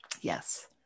Yes